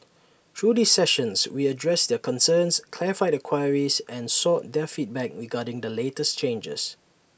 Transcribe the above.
through these sessions we addressed their concerns clarified their queries and sought their feedback regarding the latest changes